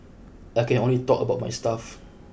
I can only talk about my stuff